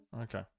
Okay